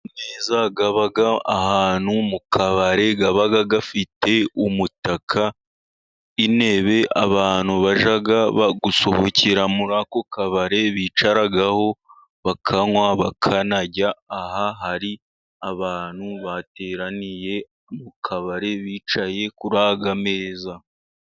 Ameza aba ahantu mu kabari aba afite umutaka ,intebe abantu bajya gusohokera muri ako kabari bicaraho bakanywa, bakanarya. Aha hari abantu bateraniye mu kabari bicaye kuri aya meza.